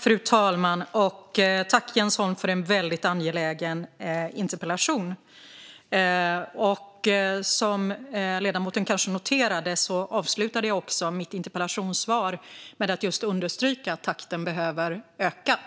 Fru talman! Jag tackar Jens Holm för en väldigt angelägen interpellation. Som ledamoten kanske noterade avslutade jag mitt interpellationssvar med att just understryka att takten behöver öka.